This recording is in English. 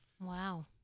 Wow